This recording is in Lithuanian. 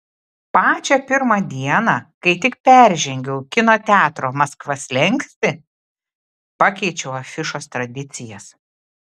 pačią pirmą dieną kai tik peržengiau kino teatro maskva slenkstį pakeičiau afišos tradicijas